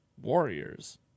Warriors